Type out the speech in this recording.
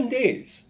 days